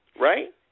right